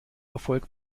erfolg